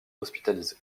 hospitalisé